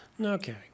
Okay